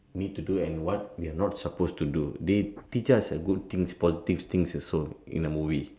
need to do and what we not supposed to do they teach us good things positive things also in the movie